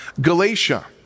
Galatia